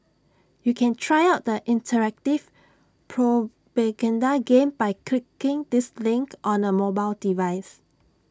you can try out the interactive propaganda game by clicking this link on A mobile device